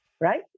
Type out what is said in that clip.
right